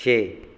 ਛੇ